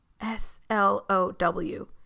S-L-O-W